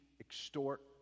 extort